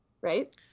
right